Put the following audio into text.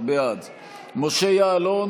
בעד משה יעלון,